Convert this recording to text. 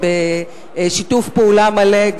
בשיתוף פעולה מלא,